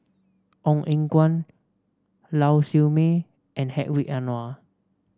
Ong Eng Guan Lau Siew Mei and Hedwig Anuar